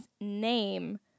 name